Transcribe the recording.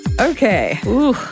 Okay